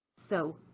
so